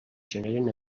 generen